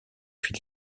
fil